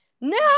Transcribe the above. No